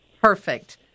Perfect